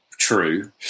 true